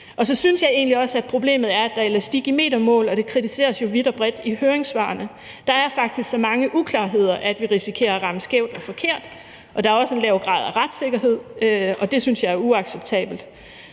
få. Så synes jeg egentlig også, at problemet er, at der er elastik i metermål, og det kritiseres jo vidt og bredt i høringssvarene. Der er faktisk så mange uklarheder, at vi risikerer at ramme skævt og forkert, og der er også en lav grad af retssikkerhed, og det synes jeg er uacceptabelt.